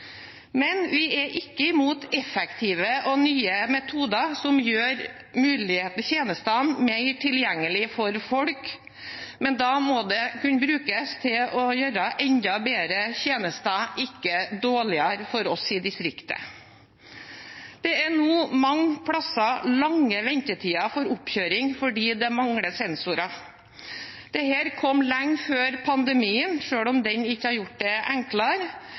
Vi er ikke imot effektive og nye metoder som gjør tjenestene mer tilgjengelige for folk, men da må de kunne brukes til å gjøre tjenestene enda bedre, ikke dårligere, for oss i distriktet. Det er nå mange steder lange ventetider for oppkjøring fordi det mangler sensorer – og dette lenge før pandemien, selv om den ikke har gjort det enklere.